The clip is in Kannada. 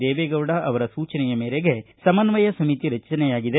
ದೇವೆಗೌಡ ಅವರ ಸೂಚನೆಯ ಮೇರೆಗೆ ಸಮನ್ನಯ ಸಮಿತಿ ರಚನೆಯಾಗಿದೆ